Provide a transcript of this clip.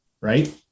right